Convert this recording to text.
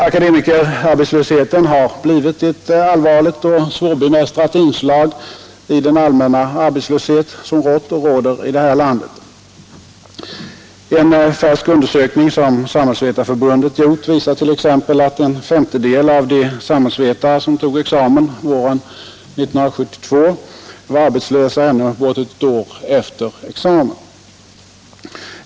Akademikerarbetslösheten har blivit ett allvarligt och svårbemästrat inslag i den allmänna arbetslöshet som har rått och som råder i det här landet. En färsk undersökning som samhällsvetarförbundet gjort visar t.ex. att en femtedel av de samhällsvetare som tog examen våren 1972 var arbetslösa ännu bortåt ett år efter examen.